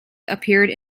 appeared